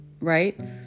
Right